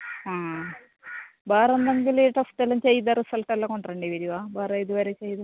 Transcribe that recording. ആ വേറെ എന്തെങ്കിലും ടെസ്റ്റ് എല്ലാം ചെയ്ത റിസൾട്ട് എല്ലാം കൊണ്ടു വരേണ്ടി വരുമോ വേറെ ഇത് വരെ ചെയ്തത്